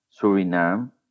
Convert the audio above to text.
Suriname